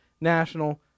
national